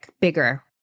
bigger